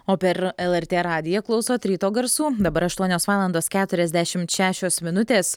o per lrt radiją klausot ryto garsų dabar aštuonios valandos keturiasdešimt šešios minutės